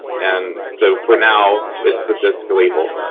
and so, for now, it's the disc label.